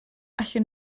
allwn